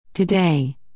Today